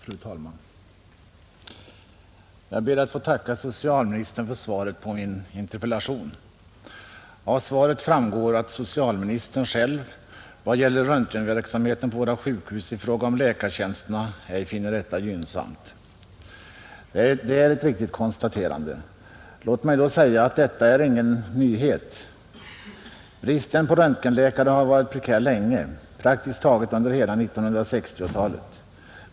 Fru talman! Jag ber att få tacka socialministern för svaret på min interpellation, Av svaret framgår att socialministern själv vad gäller läget i fråga om röntgenverksamheten på våra sjukhus när det gäller läkartjänsterna ej finner detta gynnsamt. Det är ett riktigt konstaterande, Låt mig då säga att detta är ingen nyhet. Bristsituationen när det gäller röntgenläkare har varit prekär länge, praktiskt taget under hela 1960 talet.